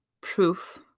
proof